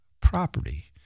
property